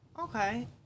Okay